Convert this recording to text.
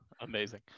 Amazing